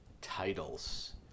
titles